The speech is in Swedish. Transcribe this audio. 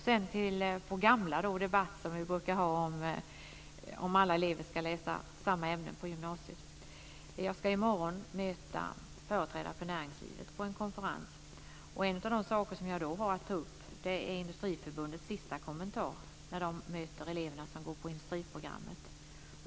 Sedan är det vår gamla debatt, som vi brukar ha, om alla elever ska läsa samma ämnen på gymnasiet. Jag ska i morgon möta företrädare för näringslivet på en konferens. En av de saker som jag då har att ta upp är Industriförbundets senaste kommentar när de har mött elever som går på industriprogrammet.